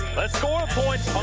let's score points